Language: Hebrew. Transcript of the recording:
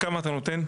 כמה אתה נותן?